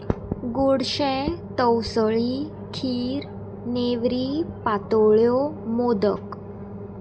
गोडशें तवसळी खीर नेवरी पातोळ्यो मोदक